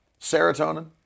Serotonin